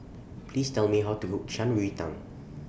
Please Tell Me How to Cook Shan Rui Tang